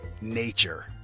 Nature